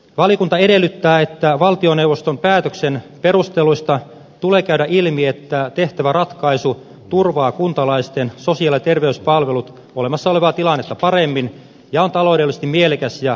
valiokunta edellyttää että valtioneuvoston päätöksen perusteluista tulee käydä ilmi että tehtävä ratkaisu turvaa kuntalaisten sosiaali ja terveyspalvelut olemassa olevaa tilannetta paremmin ja on taloudellisesti mielekäs ja kustannustehokas